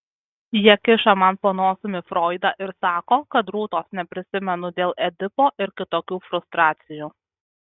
jie kiša man po nosimi froidą ir sako kad rūtos neprisimenu dėl edipo ir kitokių frustracijų